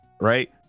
right